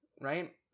Right